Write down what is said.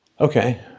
Okay